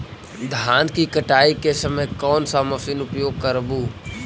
धान की कटाई के समय कोन सा मशीन उपयोग करबू?